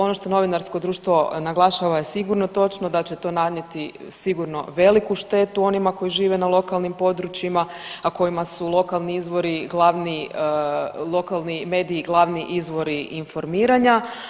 Ono što novinarsko društvo naglašava je sigurno točno da će to nanijeti sigurno veliku štetu onima koji žive na lokalnim područjima, a kojima su lokalni izbori glavni, lokalni mediji glavni izvori informiranja.